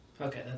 Okay